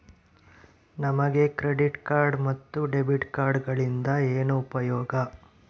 ನಮಗೆ credit card ಮತ್ತು debit ಕಾರ್ಡುಗಳಿಂದ ಏನು ಉಪಯೋಗ?